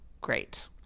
great